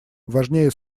важнее